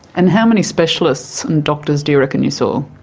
and how many specialists and doctors do you reckon you saw?